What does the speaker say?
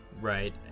Right